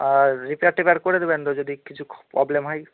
আর repair টিপেয়ার করে দেবেন তো যদি কিছু প্রবলেম হয়